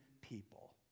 people